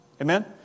Amen